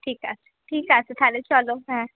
ঠিক আছে ঠিক আছে তাহলে চলো হ্যাঁ